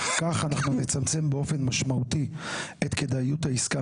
כך אנחנו נצמצם באופן משמעותי את כדאיות העסקה